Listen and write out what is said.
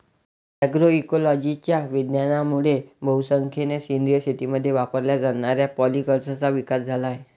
अग्रोइकोलॉजीच्या विज्ञानामुळे बहुसंख्येने सेंद्रिय शेतीमध्ये वापरल्या जाणाऱ्या पॉलीकल्चरचा विकास झाला आहे